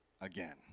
again